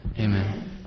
Amen